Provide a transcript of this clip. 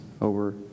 over